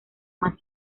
más